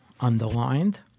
underlined